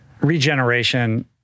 Regeneration